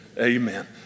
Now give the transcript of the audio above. Amen